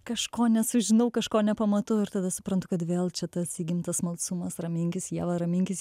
kažko nesužinau kažko nepamatau ir tada suprantu kad vėl čia tas įgimtas smalsumas raminkis ieva raminkis